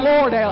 Lord